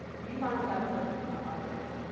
you find the best person within my audience.